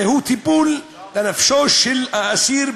זהו טיפול לנפשו של האסיר,